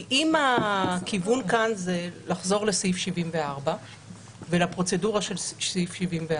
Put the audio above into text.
אם הכיוון כאן זה לחזור לסעיף 74 ולפרוצדורה של סעיף 74,